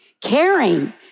caring